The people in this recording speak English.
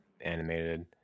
animated